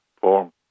form